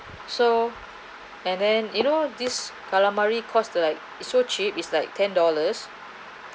so and then you know this calamari cost like it's so cheap is like ten dollars